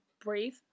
breathe